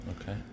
Okay